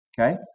Okay